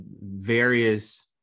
various